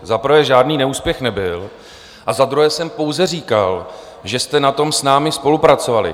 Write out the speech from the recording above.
Za prvé, žádný neúspěch nebyl, a za druhé jsem pouze říkal, že jste na tom s námi spolupracovali.